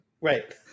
Right